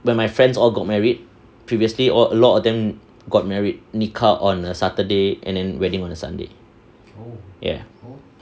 when my friends all got married previously all a lot of them got married nikah on a saturday and then wedding on a sunday ya